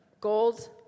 Gold